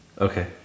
Okay